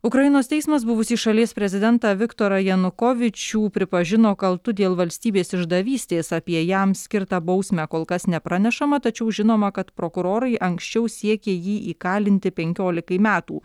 ukrainos teismas buvusį šalies prezidentą viktorą janukovyčių pripažino kaltu dėl valstybės išdavystės apie jam skirtą bausmę kol kas nepranešama tačiau žinoma kad prokurorai anksčiau siekė jį įkalinti penkiolikai metų